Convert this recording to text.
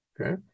Okay